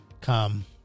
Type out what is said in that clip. Come